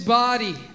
body